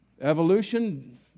evolution